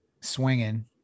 swinging